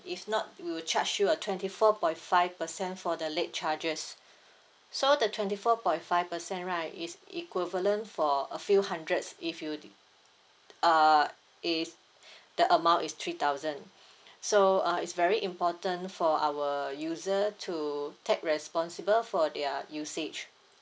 if not we will charge you a twenty four point five percent for the late charges so the twenty four point five percent right is equivalent for a few hundreds if you err is the amount is three thousand so uh it's very important for our user to take responsible for their usage